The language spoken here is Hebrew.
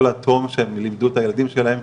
שכל התום שהם לימדו את הילדים שלהם,